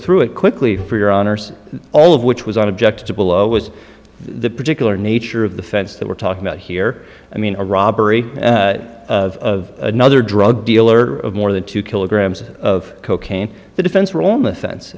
through it quickly for your honour's all of which was on object to below was the particular nature of the fence that we're talking about here i mean a robbery of another drug dealer of more than two kilograms of cocaine the defense room offense